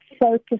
focus